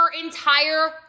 entire